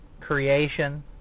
creation